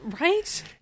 right